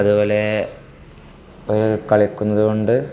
അതുപോലെ ഇവർ കളിക്കുന്നത് കൊണ്ട്